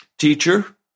Teacher